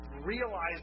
realize